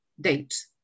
date